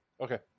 Okay